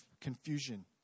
confusion